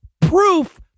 proof